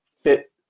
fit